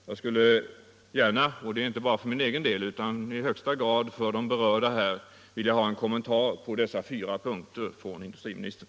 Jag skulle gärna — och inte bara för min egen del utan i högsta grad för de berörda — vilja ha en kommentar på dessa fyra punkter från industriministern.